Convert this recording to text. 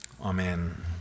amen